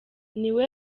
niwe